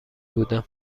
بودم